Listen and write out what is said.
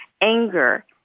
anger